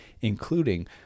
including